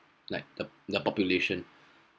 like the the population